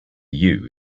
you